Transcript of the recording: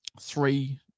three